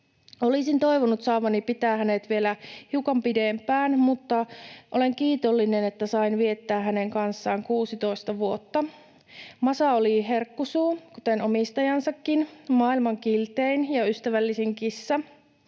Olisin toivonut saavani pitää hänet vielä hiukan pidempään, mutta olen kiitollinen, että sain viettää hänen kanssaan 16 vuotta. Masa oli herkkusuu kuten omistajansakin, maailman kiltein ja ystävällisin kissa,